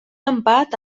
empat